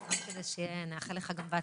סתם כדי שנאחל לך בהצלחה,